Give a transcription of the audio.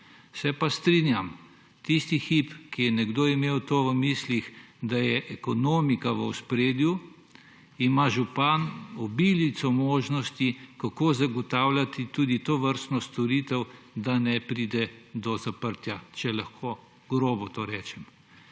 Se pa strinjam, tisti hip, ko je nekdo imel to v smislih, da je ekonomika v ospredju, ima župan obilico možnosti, kako zagotavljati tudi tovrstno storitev, da ne pride do zaprtja, če lahko grobo to rečem.